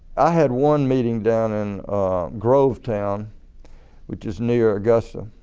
i had one meeting down in grovetown which is near augusta,